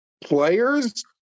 players